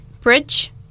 bridge